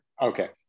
okay